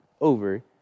over